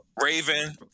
Raven